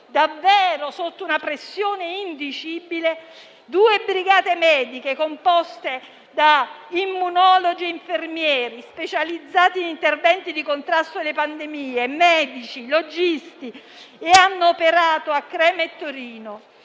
davvero sotto una pressione indicibile, due brigate mediche composte da immunologi e infermieri specializzati in interventi di contrasto alle pandemie; medici e logisti che hanno operato a Crema e Torino,